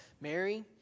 Mary